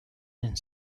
and